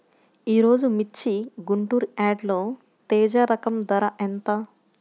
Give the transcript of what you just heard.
ఈరోజు మిర్చి గుంటూరు యార్డులో తేజ రకం ధర ఎంత?